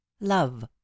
Love